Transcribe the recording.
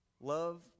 Love